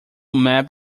map